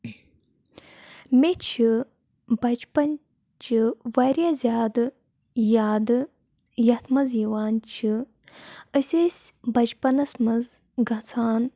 مےٚ چھِ بَچپَنچہِ واریاہ زیادٕ یادٕ یَتھ منٛز یِوان چھِ أسۍ ٲسۍ بَچپَنَس منٛز گژھان